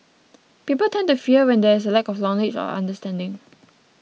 people tend to fear when there is a lack of knowledge or understanding